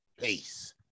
Peace